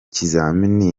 kizamini